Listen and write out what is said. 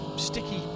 sticky